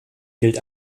gilt